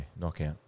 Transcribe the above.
knockout